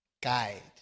guide